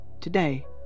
Today